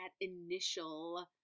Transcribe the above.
initial